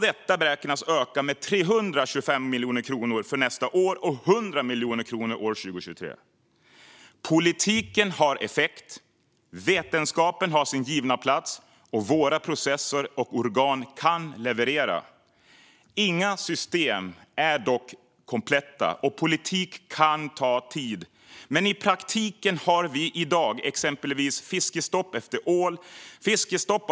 Detta beräknas öka med 325 miljoner kronor för nästa år och med 100 miljoner kronor för 2023. Politiken har effekt. Vetenskapen har sin givna plats, och våra processer och organ kan leverera. Inga system är dock kompletta, och politik kan ta tid. Men i praktiken har vi i dag exempelvis fiskestopp när det gäller ål och torsk.